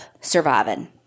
surviving